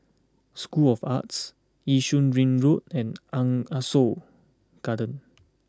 School of Arts Yishun Ring Road and aren't Ah Soo Garden